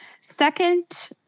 Second